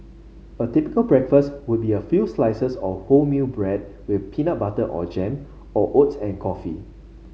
a typical breakfast would be a few slices of wholemeal bread with peanut butter or jam or oats and coffee